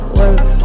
work